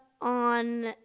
on